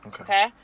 Okay